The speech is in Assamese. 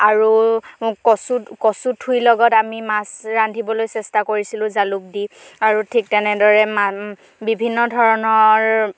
আৰু কচুত কচুৰ ঠুৰিৰ লগত আমি মাছ ৰান্ধিবলৈ চেষ্টা কৰিছিলোঁ জালুক দি আৰু ঠিক তেনেদৰে বিভিন্ন ধৰণৰ